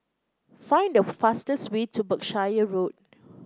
find the fastest way to Berkshire Road